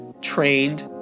trained